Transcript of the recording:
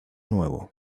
nuevo